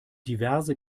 diverse